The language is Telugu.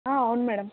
అవును మేడం